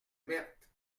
berthe